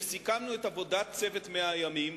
כשסיכמנו את עבודת צוות 100 הימים,